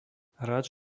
hráč